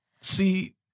see